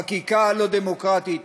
החקיקה הלא-דמוקרטית